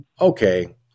Okay